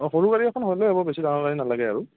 অঁ সৰু গাড়ী এখন হ'লে হ'ব বেচি ডাঙৰ গাড়ী নালাগে আৰু